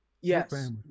Yes